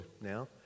now